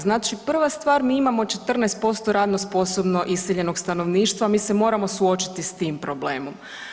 Znači, prva stvar mi imamo 14% radno sposobno iseljenog stanovništva, mi se moramo suočiti s tim problemom.